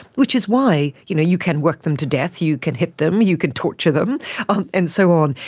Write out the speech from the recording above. which is why you know you can work them to death, you can hit them, you can torture them um and so on.